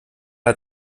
hat